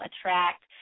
attract